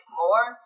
more